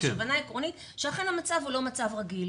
יש הבנה עקרונית שאכן המצב הוא לא מצב רגיל.